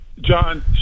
John